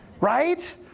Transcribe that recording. Right